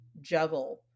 juggle